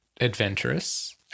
adventurous